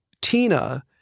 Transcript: Tina